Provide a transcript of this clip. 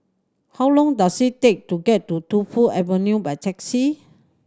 how long does it take to get to Tu Fu Avenue by taxi